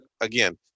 again